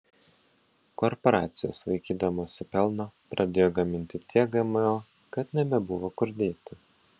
korporacijos vaikydamosi pelno pradėjo gaminti tiek gmo kad nebebuvo kur dėti